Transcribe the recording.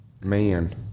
Man